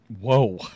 whoa